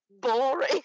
boring